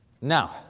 Now